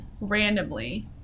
randomly